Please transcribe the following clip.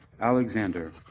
alexander